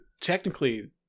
technically